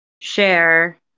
share